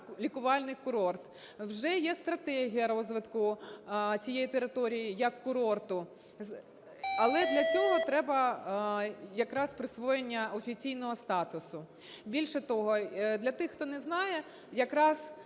лікувальний курорт. Вже є стратегія розвитку цієї території як курорту, але для цього треба якраз присвоєння офіційного статусу. Більше того, для тих, хто не знає, якраз